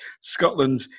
Scotland